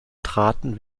traten